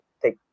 take